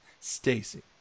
Stacy